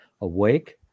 awake